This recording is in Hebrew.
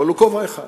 אבל הוא כובע אחד.